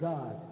God